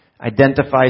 identifies